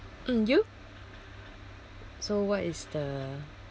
mm you so what is the